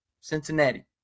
Cincinnati